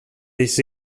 les